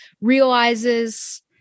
realizes